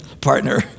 partner